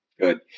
Good